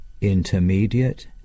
intermediate